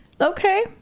okay